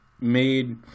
made